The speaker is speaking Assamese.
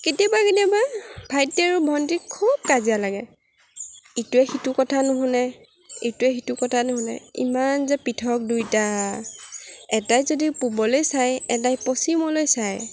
কেতিয়াবা কেতিয়াবা ভাইটি আৰু ভণ্টীৰ খুব কাজিয়া লাগে ইটোৱে সিটোৰ কথা নুশুনে ইটোৱে সিটোৰ কথা নুশুনে ইমান যে পৃথক দুইটা এটাই যদি পূৱলৈ চায় এটাই পশ্চিমলৈ চায়